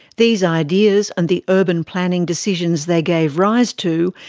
these ideas, and the urban planning decisions they gave rise to,